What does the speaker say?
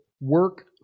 work